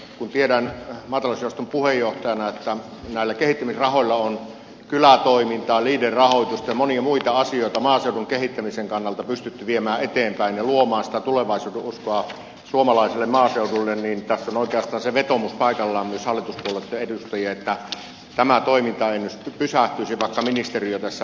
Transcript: kun tiedän maatalousjaoston puheenjohtajana että näillä kehittämisrahoilla on kylätoimintaa lieder rahoitusta ja monia muita asioita maaseudun kehittämisen kannalta pystytty viemään eteenpäin ja luomaan sitä tulevaisuuden uskoa suomalaiselle maaseudulle niin tässä on oikeastaan se vetoomus paikallaan myös hallituspuolueitten edustajille että tämä toiminta ei nyt sitten pysähtyisi vaikka ministeriö tässä vaihtuu